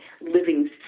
living